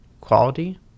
quality